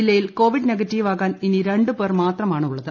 ജില്ലയിൽ covid negative ആകാൻ ഇനി രണ്ടു പേർ മാത്രമാണ് ഉള്ളത്